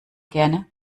gerne